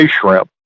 shrimp